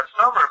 summer